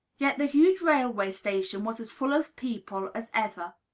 yet the huge railway station was as full of people as ever.